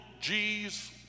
G's